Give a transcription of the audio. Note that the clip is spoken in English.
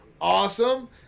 Awesome